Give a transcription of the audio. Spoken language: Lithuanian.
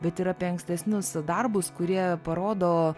bet ir apie ankstesnius darbus kurie parodo